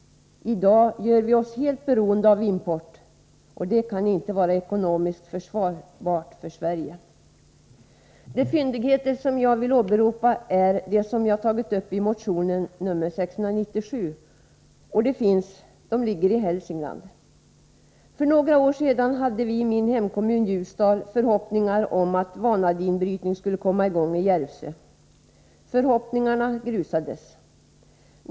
I dag gör vi oss helt beroende av import, och det kan inte vara ekonomiskt försvarbart för Sverige. De fyndigheter som jag vill åberopa är de som jag tagit upp i motion 697. De ligger i Hälsingland. För några år sedan hade vi i min hemkommun Ljusdal förhoppning om att vanadinbrytning skulle komma i gång i Järvsö. Förhoppningarna grusades.